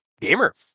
Gamer